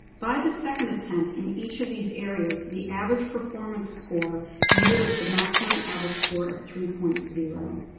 by the second attempt, in each of these areas, the average performance score neared the maximum average score of three point zero.